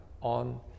on